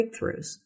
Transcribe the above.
breakthroughs